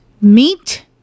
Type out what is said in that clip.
meat